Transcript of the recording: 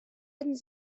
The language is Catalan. ens